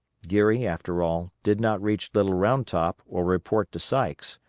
geary, after all, did not reach little round top or report to sykes,